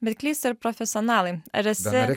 bet klysta ir profesionalai ar esi